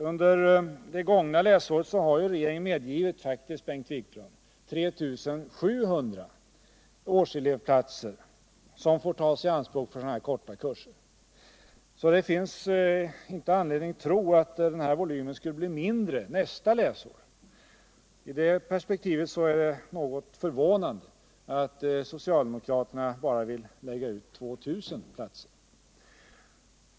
Under det gångna läsåret har regeringen medgivit, Bengt Wiklund, 3 700 årselevplatser som får tas i anspråk för sådana här korta kurser. Det finns alltså inte anledning att tro att volymen skulle bli mindre nästa läsår. I det perspektivet är det förvånande att socialdemokraterna bara vill lägga ut 2 000 platser.